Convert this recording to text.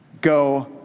go